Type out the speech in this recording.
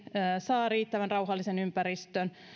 saa riittävän rauhallisen ympäristön